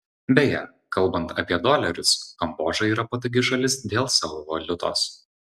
beje kalbant apie dolerius kambodža yra patogi šalis dėl savo valiutos